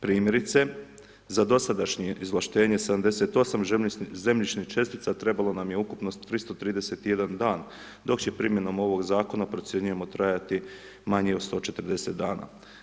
Primjerice za dosadašnje izvlaštenje 78 zemljišnih čestica trebalo nam je ukupno 331 dan, dok će primjenom ovog zakona procjenjujemo trajati manje od 140 dana.